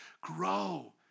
Grow